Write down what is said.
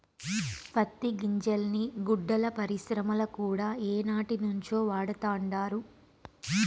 పత్తి గింజల్ని గుడ్డల పరిశ్రమల కూడా ఏనాటినుంచో వాడతండారు